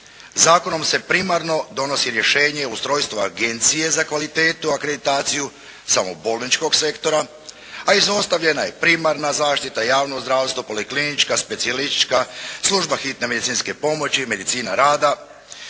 Zakonom se primarno donosi rješenje o ustrojstvu Agencije za kvalitetu akreditaciju samo bolničkog sektora, a izostavljena je primarna zaštita, javno zdravstvo, poliklinička, specijalistička, služba hitne medicinske pomoći, medicina rada,